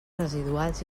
residuals